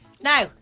Now